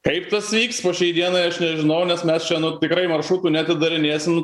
kaip tas vyks po šiai dienai aš nežinau nes mes čia tikrai maršrutų neatidarinėsim